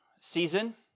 season